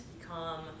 become